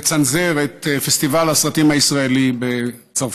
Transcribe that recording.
לצנזר את פסטיבל הסרטים הישראלי בצרפת,